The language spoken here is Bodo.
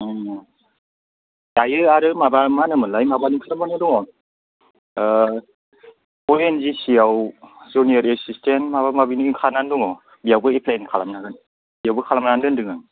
उम दायो आरो माबा मा होनो मोनलाय माबानि ओंखारनानै दङ ओ अ एन जि सि आव जुनियर एसिसटेन्ट माबा माबिनि ओंखारनानै दङ बेयावबो एफ्लाइ खालामनो हागोन बेयावबो खालामनानै दोनदों आं